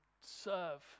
serve